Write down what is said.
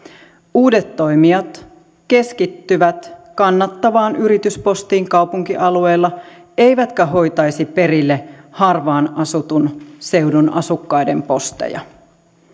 uudet toimijat keskittyvät kannattavaan yrityspostiin kaupunkialueilla eivätkä hoitaisi perille harvaan asutun seudun asukkaiden posteja